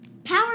Power